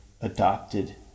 adopted